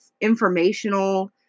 informational